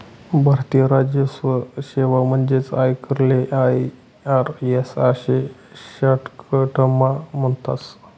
भारतीय राजस्व सेवा म्हणजेच आयकरले आय.आर.एस आशे शाटकटमा म्हणतस